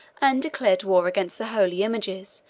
and declared war against the holy images,